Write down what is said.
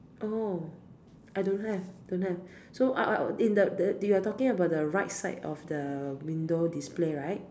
oh I don't have don't have so uh uh uh in the the you are talking about the right side of the window display right